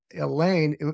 Elaine